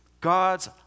God's